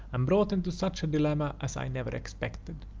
and brought into such a dilemma as i never expected.